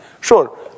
Sure